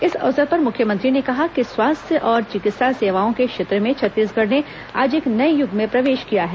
इस अवसर पर मुख्यमंत्री ने कहा कि स्वास्थ्य और चिकित्सा सेवाओं के क्षेत्र में छत्तीसगढ़ ने आज एक नए युग में प्रवेश किया है